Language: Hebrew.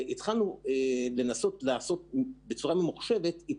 התחלנו לבצע איתור